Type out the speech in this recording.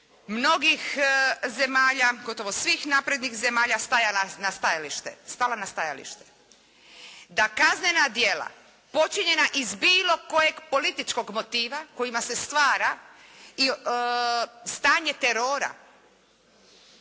mnogih zemalja, gotovo svih naprednih zemalja stala na stajalište da kaznena djela počinjena iz bilo kojeg političkog motiva kojima se stvara stanje terora